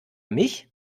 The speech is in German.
mich